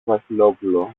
βασιλόπουλο